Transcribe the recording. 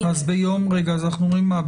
אז אנחנו אומרים מה?